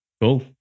Cool